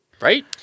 right